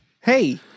Hey